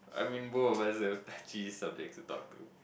I mean both of us have touchy subjects to talk to